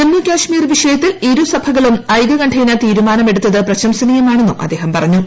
ജമ്മു കാശ്മീർ വിഷയത്തിൽ ഇരു സഭകളും ഐക്യകണ്ഠേന തീരുമാനമെടുത്തത് പ്രശ്സനീയമാണെന്നും അദ്ദേഹം പറഞ്ഞു